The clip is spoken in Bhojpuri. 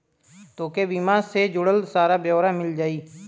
तोके बीमा से जुड़ल सारा ब्योरा मिल जाई